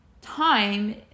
time